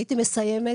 הייתי מסיימת,